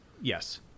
Yes